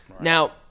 now